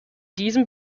diesem